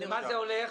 לְמה זה הולך?